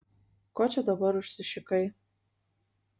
ko čia dabar užsišikai